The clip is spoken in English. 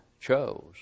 chose